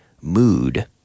mood